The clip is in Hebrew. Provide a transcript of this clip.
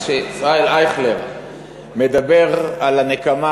אז כשישראל אייכלר מדבר על הנקמה